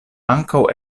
ankaŭ